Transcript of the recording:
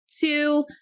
Two